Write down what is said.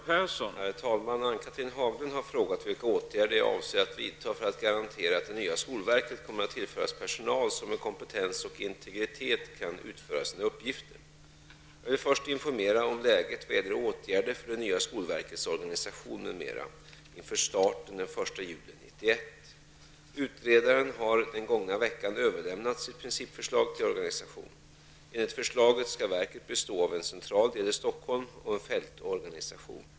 Herr talman! Ann-Cathrine Haglund har frågat vilka åtgärder jag avser att vidta för att garantera att det nya skolverket kommer att tillföras personal som med kompetens och integritet kan utföra sina uppgifter. Jag vill först informera om läget vad gäller åtgärder för det nya skolverkets organisation m.m. inför starten den 1 juli 1991. Utredaren har den gångna veckan överlämnat sitt principförslag till organisation. Enligt förslaget skall verket bestå av en central del i Stockholm och en fältorganisation.